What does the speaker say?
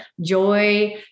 joy